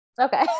okay